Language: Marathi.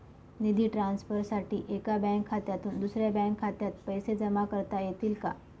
निधी ट्रान्सफरसाठी एका बँक खात्यातून दुसऱ्या बँक खात्यात पैसे जमा करता येतील का?